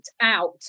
out